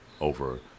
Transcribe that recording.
over